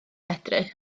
medru